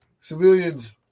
civilians